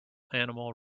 animal